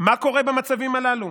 מה קורה במצבים הללו?